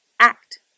Act